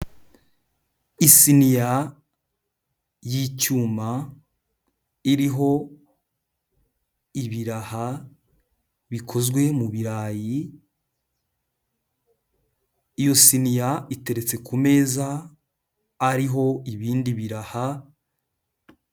Isiniya y'icyuma, iriho ibiraha bikozwe mu birarayi, iyo siniya iteretse ku meza, ariho ibindi biraha.